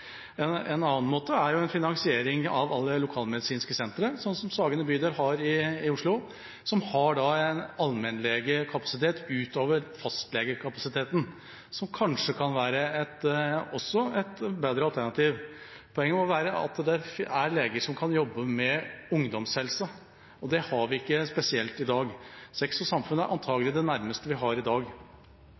på. En annen måte er en finansiering av alle lokalmedisinske sentre, sånn som Sagene bydel har i Oslo – de har en allmennlegekapasitet utover fastlegekapasiteten, som kanskje også kan være et bedre alternativ. Poenget må være at det er leger som kan jobbe med ungdomshelse, og det har vi ikke spesielt i dag. Sex og Samfunn er antakelig det nærmeste vi har i dag.